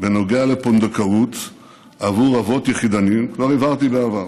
בנוגע לפונדקאות עבור אבות יחידניים כבר הבהרתי בעבר.